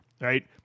right